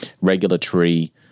regulatory